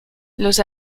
los